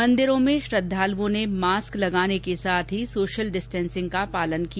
मंदिरों में श्रद्वालुओं ने मास्क लगाने और सोशल डिस्टेन्सिंग का पालन किया